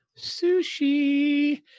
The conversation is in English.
sushi